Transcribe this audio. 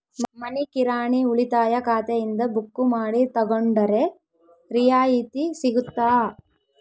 ಮನಿ ಕಿರಾಣಿ ಉಳಿತಾಯ ಖಾತೆಯಿಂದ ಬುಕ್ಕು ಮಾಡಿ ತಗೊಂಡರೆ ರಿಯಾಯಿತಿ ಸಿಗುತ್ತಾ?